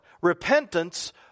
Repentance